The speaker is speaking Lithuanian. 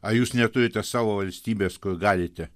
ar jūs neturite savo valstybės kur galite